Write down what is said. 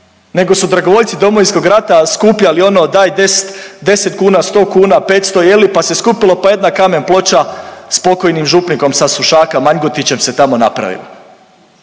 nego su dragovoljci Domovinskog rata skupljali ono daj 10, 10 kuna, 100 kuna, 500 je li pa se skupilo pa jedna kamen ploča s pokojnim župnikom sa Sušaka Maljgotićem se tamo napravila.